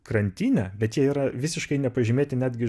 krantinę bet jie yra visiškai nepažymėti netgi